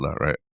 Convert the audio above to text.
right